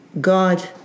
God